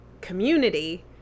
community